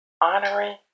honoring